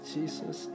Jesus